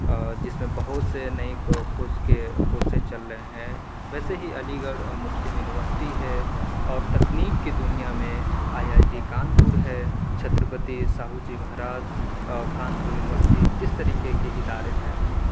اور جس میں بہت سے نئے کو کھوج کے کورسیز چل رہے ہیں ویسے ہی علی گڑھ مسلم یونیورسٹی ہے اور تکنیک کی دُنیا میں آئی آئی ٹی کانپور ہے چھترپتی ساہوجی مہاراج کانپور یونیورسٹی اِس طریقے کے ادارے ہیں